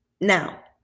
now